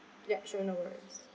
ya sure no worries